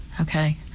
Okay